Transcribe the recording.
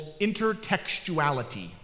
intertextuality